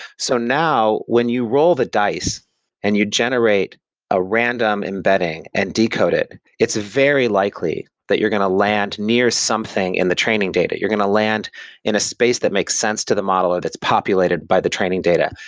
so now, when you roll the dice and you generate a random embedding and decode it, it's very likely that you're going to land near something in the training data. you're going to land in a space that makes sense to the model if it's populated by the training data.